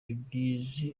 nyigisho